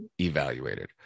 evaluated